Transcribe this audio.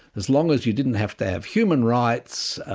as long as you didn't have to have human rights,